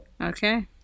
Okay